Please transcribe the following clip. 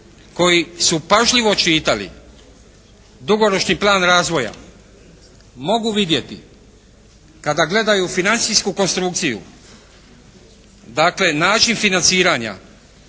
koji su pažljivo čitali dugoročni plan razvoja mogu vidjeti, kada gledaju financijsku konstrukciju dakle, način financiranja